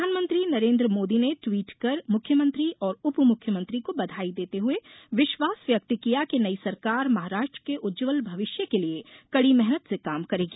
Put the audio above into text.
प्रधानमंत्री नरेन्द्र मोदी ने ट्वीट कर मुख्यमंत्री और उपमुख्यमंत्री को बधाई देते हुए विश्वास व्यक्त किया कि नई सरकार महाराष्ट्र के उज्जवल भविष्य के लिए कड़ी मेहनत से काम करेगी